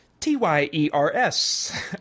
T-Y-E-R-S